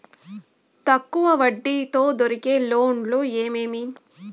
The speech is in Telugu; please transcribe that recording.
తక్కువ వడ్డీ తో దొరికే లోన్లు ఏమేమీ?